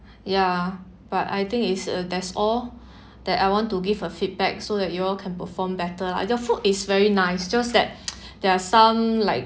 ya but I think is uh that's all that I want to give a feedback so that you all can perform better lah the food is very nice just that there are some like